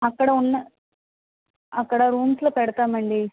అక్కడ ఉన్న అక్కడ రూమ్స్లో పెడతామండి